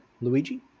Luigi